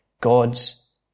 God's